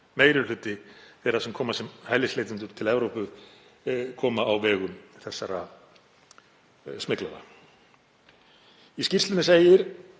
meiri hluti þeirra sem koma sem hælisleitendur til Evrópu á vegum þessara smyglara. Í skýrslunni segir